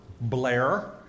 Blair